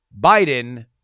Biden